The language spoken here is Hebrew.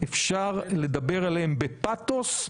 אפשר לדבר עליהן בפאתוס,